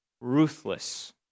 ruthless